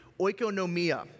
oikonomia